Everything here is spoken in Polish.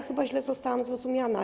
Chyba źle zostałam zrozumiana.